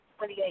28